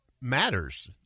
matters